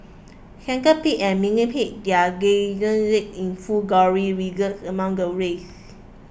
centipedes and millipedes their in full glory wriggled among the waste